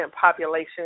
population